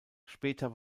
später